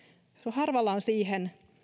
harvalla on siihen